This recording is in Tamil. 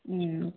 ம்